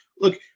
look